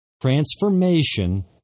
transformation